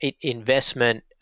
investment